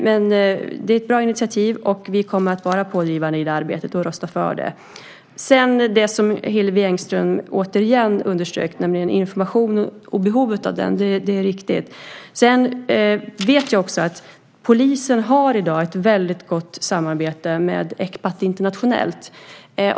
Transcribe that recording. Men det är ett bra initiativ, och vi kommer att vara pådrivande i detta arbete och rösta för det. Hillevi Engström underströk återigen behovet av information. Det är riktigt. Jag vet också att polisen i dag har ett väldigt gott samarbete med Ecpat internationellt.